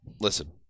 listen